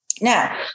Now